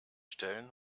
stellen